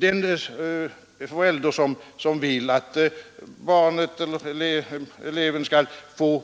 Den förälder som vill att eleven skall få